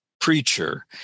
preacher